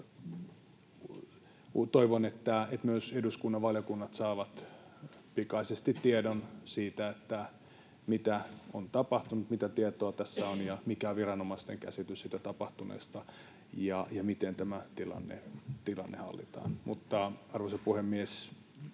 Toivon, että myös eduskunnan valiokunnat saavat pikaisesti tiedon siitä, mitä on tapahtunut, mitä tietoa tässä on, mikä on viranomaisten käsitys tapahtuneesta ja miten tämä tilanne hallitaan. Arvoisa puhemies!